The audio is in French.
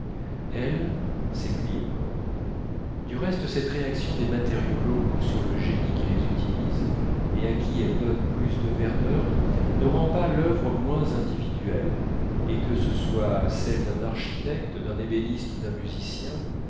elle c'est lui encore du reste cette réaction des matériaux locaux sur le génie qui les utilise et à qui elle donne plus de verdeur ne rend pas l'œuvre moins individuelle et que ce soit celle d'un architecte d'un ébéniste ou d'un musicien